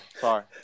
sorry